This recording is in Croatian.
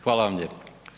Hvala vam lijepo.